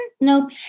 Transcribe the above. Nope